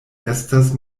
estas